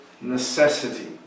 necessity